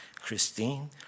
Christine